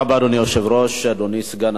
אדוני היושב-ראש, תודה רבה, אדוני סגן השר,